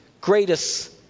greatest